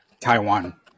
Taiwan